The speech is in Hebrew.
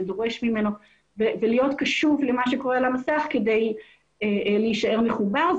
דורש ממנו ולהיות קשוב למה שקורה על המסך כדי להישאר מחובר.